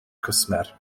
cwsmer